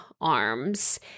arms